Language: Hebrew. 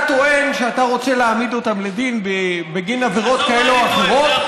אתה טוען שאתה רוצה להעמיד אותם לדין בגין עבירות כאלה ואחרות.